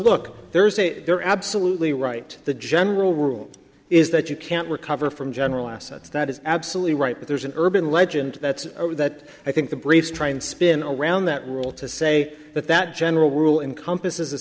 look there's a you're absolutely right the general rule is that you can't recover from general assets that is absolutely right but there's an urban legend that's over that i think the braves try and spin around that rule to say that that general rule in compass is a